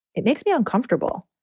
it makes me uncomfortable,